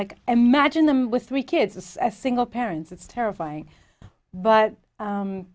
like imagine them with three kids as a single parents it's terrifying but